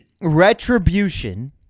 Retribution